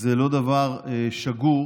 זה לא דבר שגור